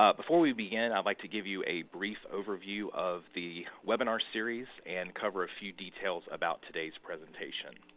ah before we begin, i'd like to give you a brief overview of the webinar series and cover a few details about today's presentation.